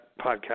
podcast